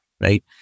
right